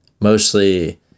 mostly